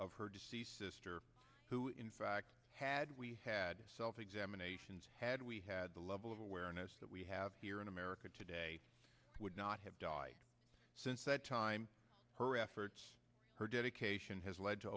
of her deceased sister who in fact had we had self examinations had we had the level of awareness that we have here in america today would not have died since that time her efforts her dedication has led to